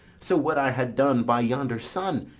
so would i ha' done, by yonder sun,